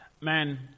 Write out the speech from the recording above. man